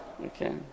Okay